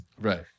Right